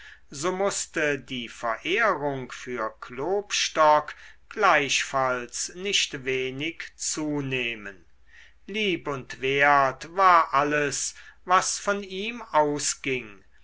so mußte die verehrung für klopstock gleichfalls nicht wenig zunehmen lieb und wert war alles was von ihm ausging